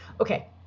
Okay